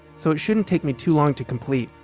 so it shouldn't take me too long to complete.